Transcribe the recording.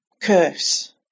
curse